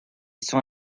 sont